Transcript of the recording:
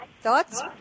thoughts